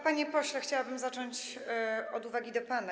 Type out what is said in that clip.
Panie pośle, chciałabym zacząć od uwagi do pana.